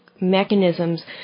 mechanisms